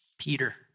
Peter